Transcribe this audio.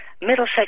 Middlesex